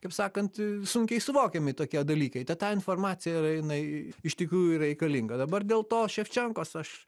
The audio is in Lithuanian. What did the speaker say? kaip sakant sunkiai suvokiami tokie dalykai tai ta informacija yra jinai iš tikrųjų yra reikalinga dabar dėl to ševčenkos aš